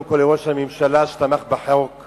ואנחנו ממשיכים בסדר-היום.